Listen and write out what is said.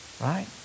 Right